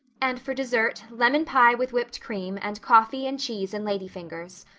and for dessert, lemon pie with whipped cream, and coffee and cheese and lady fingers.